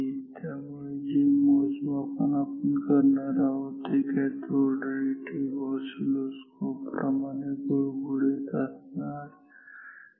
त्यामुळे जे मोजमापन आपण करणार आहोत ते कॅथोड रे ट्यूब ऑसिलोस्कोप प्रमाणे गुळगुळीत असणार नाही